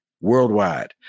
Worldwide